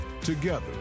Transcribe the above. together